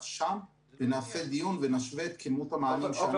שם ונעשה דיון ומשווה את כמות המענים שאנחנו נותנים.